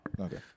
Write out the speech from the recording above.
okay